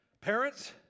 Parents